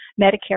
Medicare